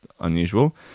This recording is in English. unusual